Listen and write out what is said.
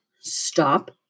Stop